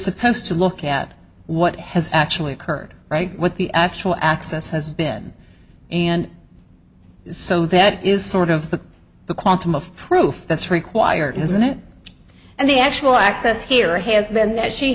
supposed to look at what has actually occurred right with the actual access has been and so that is sort of the quantum of proof that's required in the senate and the actual access here has been that she